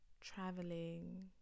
traveling